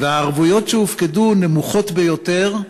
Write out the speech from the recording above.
והערבויות שהופקדו נמוכות ביותר,